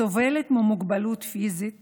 אני סובלת ממוגבלות פיזית